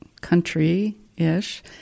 country-ish